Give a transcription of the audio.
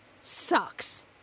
sucks